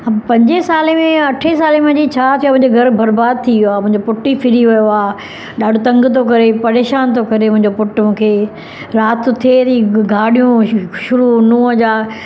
पंजे सालें में या अठे सालें में वञी छा थियो मुंहिंजो घर बर्बादु थी वियो आहे मुंहिंजो पुट ई फिरी वियो आहे ॾाढो तंग थो करे परेशान थो करे मुंहिंजो पुटु मूंखे राति थिए थी गाॾियुं शुरू नुंहुं जा